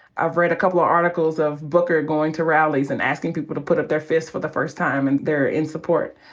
i've read a couple of articles of booker going to rallies and asking people to put up their fists for the first time, and in support.